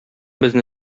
безне